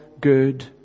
good